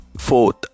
Fourth